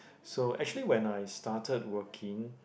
so actually when I started working